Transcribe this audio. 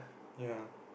ya